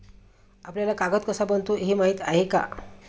आपल्याला कागद कसा बनतो हे माहीत आहे का?